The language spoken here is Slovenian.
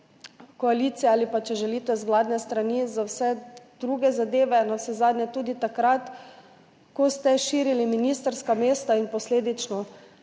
koaliciji ali pa, če želite, z vladne strani za vse druge zadeve, navsezadnje tudi takrat, ko ste širili ministrska mesta in posledično